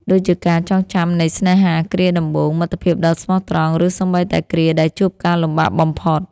ដូចជាការចងចាំនៃស្នេហាគ្រាដំបូង មិត្តភាពដ៏ស្មោះត្រង់ ឬសូម្បីតែគ្រាដែលជួបការលំបាកបំផុត។